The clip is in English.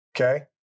Okay